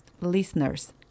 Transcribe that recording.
Listeners